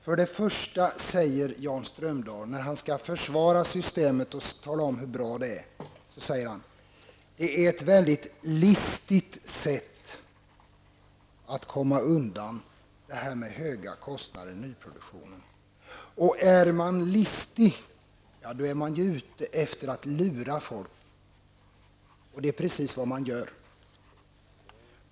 Först och främst säger Jan Strömdahl när han skall försvara systemet och hävdar att det är bra, att det är ett listigt sätt att komma undan höga kostnader i nyproduktionen. Är man listig, är man ute efter att lura folk. Det är precis vad man är.